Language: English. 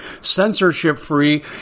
censorship-free